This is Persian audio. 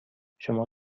شما